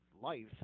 life